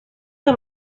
que